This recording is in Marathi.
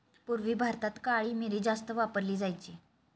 पूर्वी भारतात काळी मिरी जास्त वापरली जायची